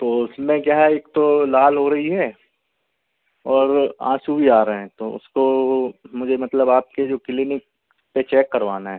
तो उसमें क्या है एक तो लाल हो रही है और आँसू भी आ रहे हैं तो उसको मुझे मतलब आपके जो क्लीनिक पर चेक करवाना है